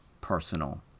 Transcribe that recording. personal